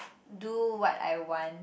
do what I want